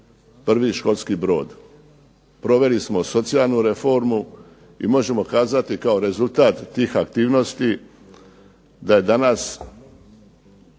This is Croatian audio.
prvi školski brod. Proveli smo socijalnu reformu i možemo kazati kao rezultat tih aktivnosti da su danas